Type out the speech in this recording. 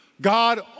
God